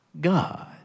God